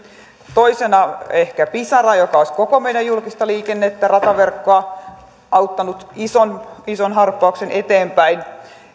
toisena ehkä pisara joka olisi koko meidän julkista liikennettä rataverkkoa auttanut ison ison harppauksen eteenpäin